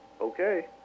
okay